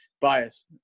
Bias